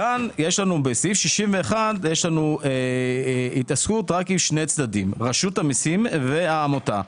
בסעיף 61 יש התעסקות רק עם שני צדדים רשות המיסים והעמותה.